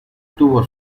tuvo